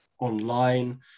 online